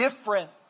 different